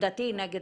עמדתי נגד